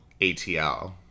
ATL